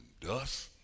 dust